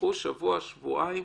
קחו שבוע-שבועיים,